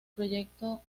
proyecto